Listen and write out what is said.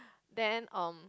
then um